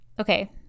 okay